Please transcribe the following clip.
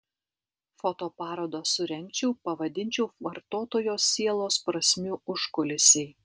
fotoparodą surengčiau pavadinčiau vartotojo sielos prasmių užkulisiai